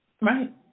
Right